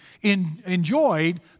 enjoyed